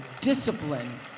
discipline